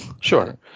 Sure